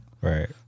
Right